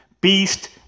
Beast